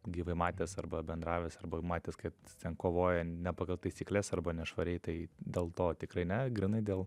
gyvai matęs arba bendravęs arba matęs kad ten kovoja ne pagal taisykles arba nešvariai tai dėl to tikrai ne grynai dėl